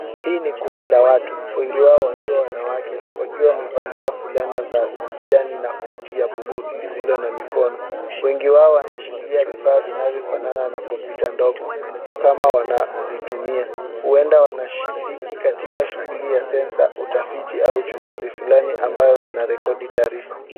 Hii ni kundi la watu wengi wao wakiwa wanawake wakiwa wamevalia fulana za kijani na koti ya buluu lisilo na mikono. Wengi wao wanashikilia vifaa vinavyofanana na kompyuta ndogo kama wanazitumia. Huenda wanashiriki katika shughuli ya censor ,utafiti au uchunguzi fulani ambayo wanarekodi taarifa.